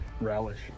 relish